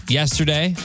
yesterday